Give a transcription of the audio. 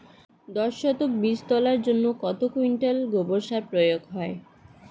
দশ শতক বীজ তলার জন্য কত কুইন্টাল গোবর সার প্রয়োগ হয়?